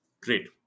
Great